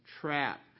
trap